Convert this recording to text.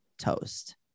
toast